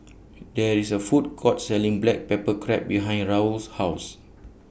There IS A Food Court Selling Black Pepper Crab behind Raul's House